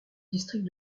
district